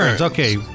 okay